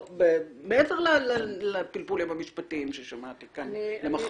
מעבר לפילפולים המשפטיים ששמעתי כאן למכביר.